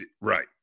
Right